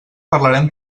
parlarem